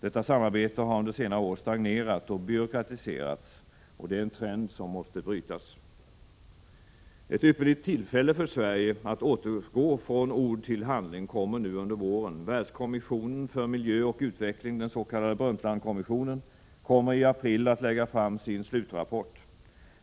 Detta samarbete har under senare år stagnerat och byråkratiserats, och det är en trend som måste brytas. Ett ypperligt tillfälle för Sverige att återgå från ord till handling kommer nu under våren. Världskommissionen för miljö och utveckling, den s.k. Brundtlandkommissionen, kommer i april att lägga fram sin slutrapport.